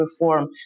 reform